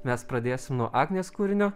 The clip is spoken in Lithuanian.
mes pradėsim nuo agnės kūrinio